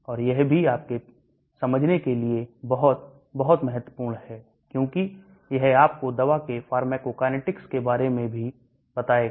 और यह भी आपके समझने के लिए बहुत बहुत महत्वपूर्ण है क्योंकि यह आपको दवा के pharmacokinetics के बारे में भी बताएगा